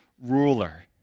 ruler